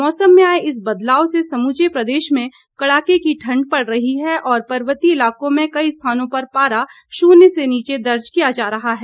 मौसम में आए इस बदलाव से समुचे प्रदेश में कड़ाके की ठंड पड़ रही है और पर्वतीय इलाकों में कई स्थानों पर पारा शून्य से नीचे दर्ज किया जा रहा है